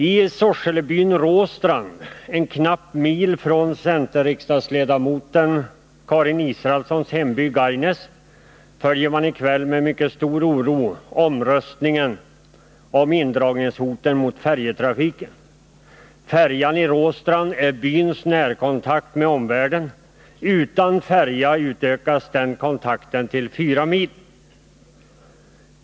I Sorselebyn Råstrand, en knapp mil från centerriksdagsledamoten Karin Israelssons hemby Gargnäs, följer man i kväll med mycket stor oro 149 omröstningen om indragningshoten mot färjetrafiken. Färjan i Råstrand är byns närkontakt med omvärlden. Utan färja blir avståndet till omvärlden fyra mil.